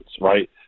right